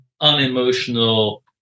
unemotional